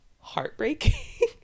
heartbreaking